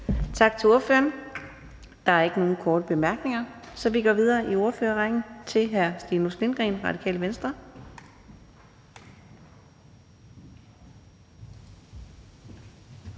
Tak til ordføreren. Der er ikke nogen korte bemærkninger, så vi går videre i ordførerrækken til hr. Stinus Lindgreen, Radikale Venstre.